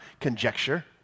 conjecture